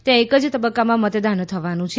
ત્યાં એક જ તબક્કામાં મતદાન થવાનું છે